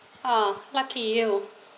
ah lucky you